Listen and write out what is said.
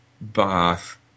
bath